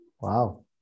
Wow